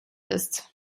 ist